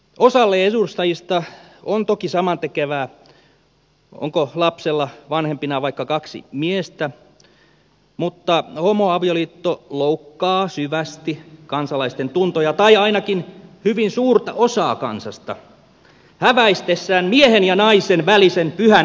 osalle edustajista on toki samantekevää onko lapsella vanhempina vaikka kaksi miestä mutta homoavioliitto loukkaa syvästi kansalaisten tuntoja tai ainakin hyvin suurta osaa kansasta häväistessään miehen ja naisen välisen pyhän instituution